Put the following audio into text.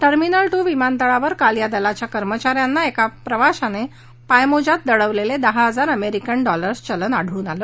terminal ट् विमानतळावर काल या दलाच्या कर्मचा यांना एका प्रवाश्याने पायमोज्यात दडवलेले दहा हजार अमेरिकन डॉलर्स चलन जप्त केलं